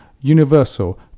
Universal